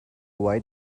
white